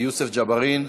יוסף ג'בארין?